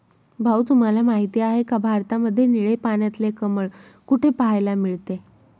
भाऊ तुम्हाला माहिती आहे का, भारतामध्ये निळे पाण्यातले कमळ कुठे पाहायला मिळते?